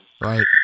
Right